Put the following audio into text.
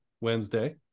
Wednesday